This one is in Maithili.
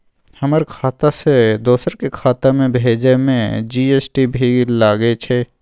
हमर खाता से दोसर के खाता में भेजै में जी.एस.टी भी लगैछे?